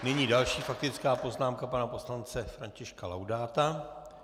Nyní další faktická poznámka pana poslance Františka Laudáta.